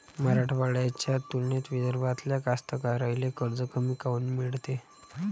मराठवाड्याच्या तुलनेत विदर्भातल्या कास्तकाराइले कर्ज कमी काऊन मिळते?